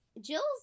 Jill's